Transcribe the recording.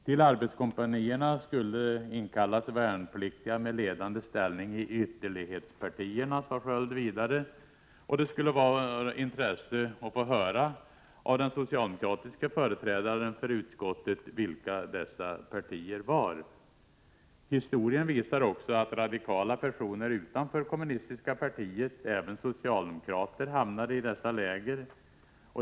Till arbetskompanierna skulle inkallas värnpliktiga med ledande ställning i ”ytterlighetspartierna”, sade Sköld vidare. Det skulle vara av intresse att få höra av den socialdemokratiske företrädaren för utskottet vilka dessa partier var. Historien visar också att radikala personer utanför det kommunistiska partiet, även socialdemokra ter, hamnade i dessa läger.